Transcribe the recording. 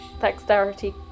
Dexterity